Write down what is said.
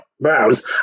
Browns